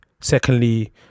secondly